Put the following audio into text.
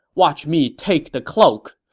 watch me take the cloak!